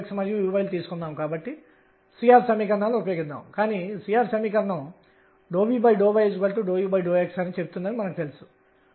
మరియు త్వరగా నేను దీనిని pr22mp22mp22msin2 kr అని వ్రాయగలను